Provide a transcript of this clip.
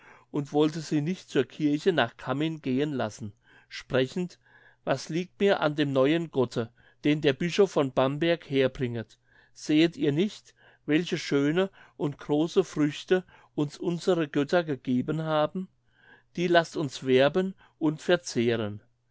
und wollte sie nicht zur kirchen nach cammin gehen lassen sprechend was liegt mir an dem neuen gotte den der bischof von bamberg herbringet sehet ihr nicht welche schöne und große früchte uns unsere götter gegeben haben die laßt uns werben und verzehren